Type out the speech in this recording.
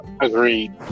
Agreed